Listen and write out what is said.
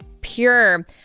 Pure